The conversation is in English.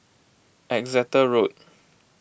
Exeter Road